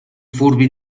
furbi